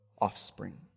offspring